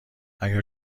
اگر